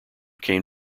came